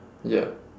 yup